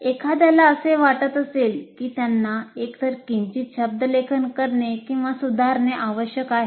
एखाद्याला असे वाटत असेल की त्यांना एकतर किंचित शब्दलेखन करणे किंवा सुधारणे आवश्यक आहे